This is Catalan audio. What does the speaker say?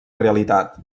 realitat